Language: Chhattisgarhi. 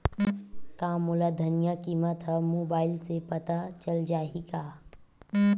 का मोला धनिया किमत ह मुबाइल से पता चल जाही का?